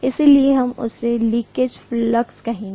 इसलिए हम इसे लीकेज फ्लक्स कहेंगे